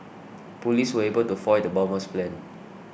police were able to foil the bomber's plan